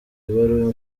ibaruwa